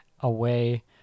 Away